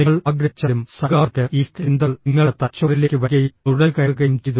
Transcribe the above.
നിങ്ങൾ ആഗ്രഹിച്ചാലും Zeigarnik effect ചിന്തകൾ നിങ്ങളുടെ തലച്ചോറിലേക്ക് വരികയും നുഴഞ്ഞുകയറുകയും ചെയ്തു